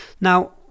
Now